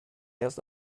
erst